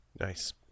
Nice